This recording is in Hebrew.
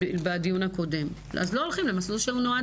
בדיון הקודם: אז לא הולכים למסלול שנועד